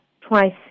twice